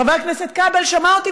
חבר הכנסת כבל שמע אותי,